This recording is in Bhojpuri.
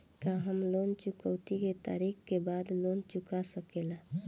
का हम लोन चुकौती के तारीख के बाद लोन चूका सकेला?